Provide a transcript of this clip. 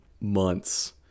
months